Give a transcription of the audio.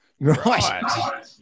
Right